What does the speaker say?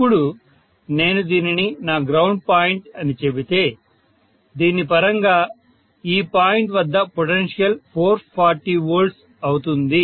ఇప్పుడు నేను దీనిని నా గ్రౌండ్ పాయింట్ అని చెబితే దీని పరంగా ఈ పాయింట్ వద్ద పొటెన్షియల్ 440 V అవుతుంది